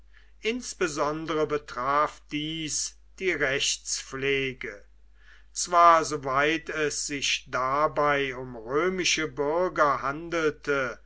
insbesondere betraf dies die rechtspflege zwar soweit es sich dabei um römische bürger handelte